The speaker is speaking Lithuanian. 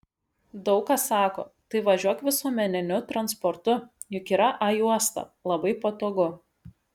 daug kas sako tai važiuok visuomeniniu transportu juk yra a juosta labai patogu